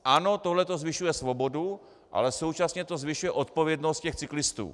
Ano, tohle zvyšuje svobodu, ale současně to zvyšuje odpovědnost těch cyklistů.